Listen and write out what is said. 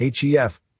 HEF